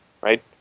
right